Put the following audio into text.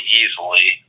easily